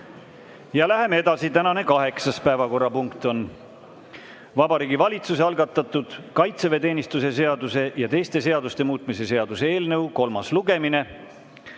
Ja läheme edasi. Tänane kaheksas päevakorrapunkt on Vabariigi Valitsuse algatatud kaitseväeteenistuse seaduse ja teiste seaduste muutmise seaduse eelnõu [754] kolmas lugemine.